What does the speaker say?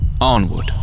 onward